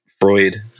Freud